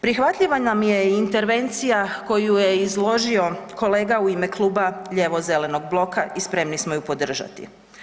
Prihvatljiva nam je i intervencija koju je izložio kolega u ime Kluba lijevo-zelenog bloka i spremni smo ju podržati.